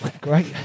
Great